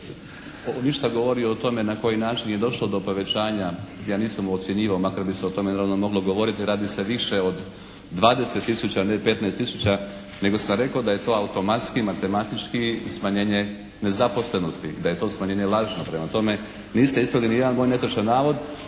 ništa govori o tome na koji način je došlo do povećanja. Ja nisam ocjenjivao makar bi se o tome realno moglo govoriti. Radi se više od 20 tisuća, ne 15 tisuća nego sam rekao da je to automatski matematički smanjenje nezaposlenosti, da je to smanjenje lažno. Prema tome niste ispravili nijedan moj netočan navod,